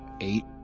Eight